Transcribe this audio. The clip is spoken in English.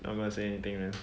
not gonna say anything man